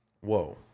Whoa